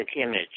image